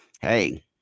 hey